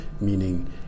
meaning